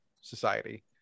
society